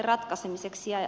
yksi esimerkki